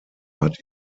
hat